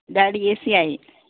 गाडी A C आहे